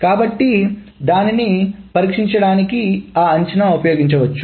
కాబట్టి దాన్ని పరిష్కరించడానికి ఆ అంచనాను ఉపయోగించవచ్చు